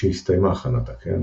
משהסתיימה הכנת הקן,